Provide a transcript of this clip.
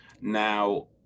Now